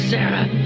Sarah